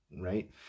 right